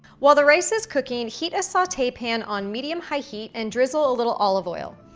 while the rice is cooking, heat a saute pan on medium-high heat and drizzle a little olive oil.